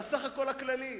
בסך-הכול הכללי.